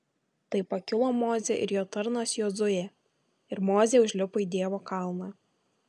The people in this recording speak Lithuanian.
tai pakilo mozė ir jo tarnas jozuė ir mozė užlipo į dievo kalną